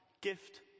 Gift